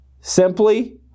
simply